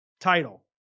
title